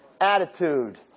attitude